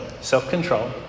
self-control